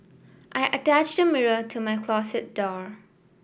I attached a mirror to my closet door